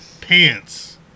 Pants